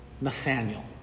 Nathaniel